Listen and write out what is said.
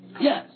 Yes